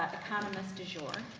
economist du jour,